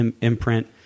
imprint